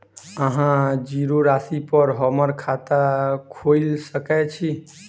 अहाँ जीरो राशि पर हम्मर खाता खोइल सकै छी?